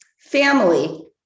family